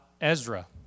Ezra